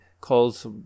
calls